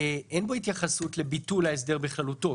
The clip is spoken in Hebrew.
אין בו התייחסות לביטול ההסדר בכללותו.